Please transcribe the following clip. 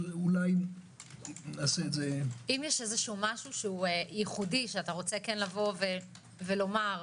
אם יש משהו ייחודי שאתה רוצה לספר,